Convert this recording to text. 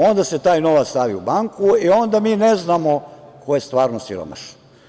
Onda se taj novac stavi u banku i onda mi ne znamo ko je stvarno siromašan.